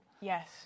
Yes